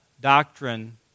doctrine